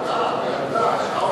ידעו, ידעו.